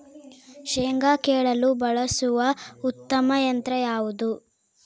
ಶೇಂಗಾ ಕೇಳಲು ಬಳಸುವ ಉತ್ತಮ ಯಂತ್ರ ಯಾವುದು?